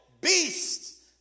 Beast